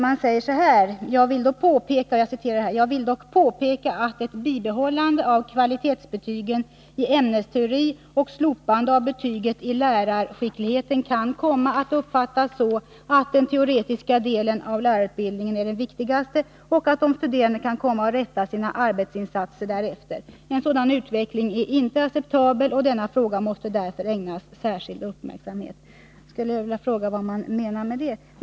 Förslagsställaren säger så här: ”Jag vill dock påpeka att ett bibehållande av kvalitetsbetygen i ämnesteori och slopande av betyget i lärarskickligheten kan komma att uppfattas så, att den teoretiska delen av lärarutbildningen är den viktigaste och att de studerande kan komma att rätta sina arbetsinsatser därefter. En sådan utveckling är inte acceptabel och denna fråga måste därför ägnas särskild uppmärksamhet.” Jag skulle vilja fråga vad man menar med det.